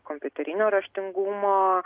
kompiuterinio raštingumo